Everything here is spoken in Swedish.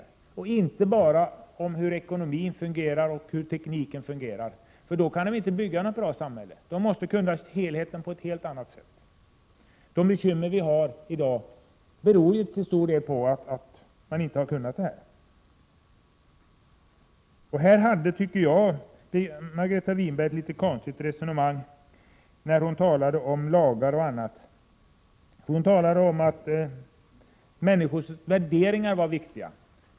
Det räcker inte att bara veta hur ekonomin och tekniken fungerar. Om man enbart har de kunskaperna, går det inte att bygga ett bra samhälle. Man måste alltså se till helheten på ett helt annat sätt än man nu gör. De bekymmer som vi har i dag har till stor del sin grund i att man inte har tillräckliga kunskaper. Jag tycker att Margareta Winberg resonerade ganska konstigt när hon talade t.ex. om lagarna. Hon sade att människors värderingar är viktiga.